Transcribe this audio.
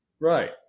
Right